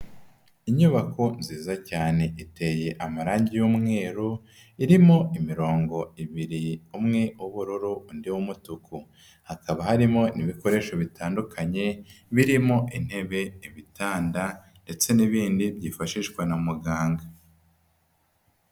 Inyubako nziza cyane, iteye amarangi y'umweru irimo imirongo ibiri, umwe w'ubururu, undi w'umutuku. Hakaba harimo ibikoresho bitandukanye birimo intebe, ibitanda ndetse n'ibindi byifashishwa na muganga.